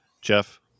Jeff